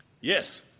Yes